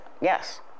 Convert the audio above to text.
yes